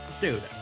Dude